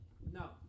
No